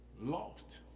lost